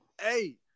Hey